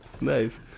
Nice